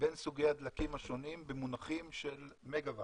בין סוגי הדלקים השונים במונחים של מגה ואט.